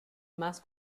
más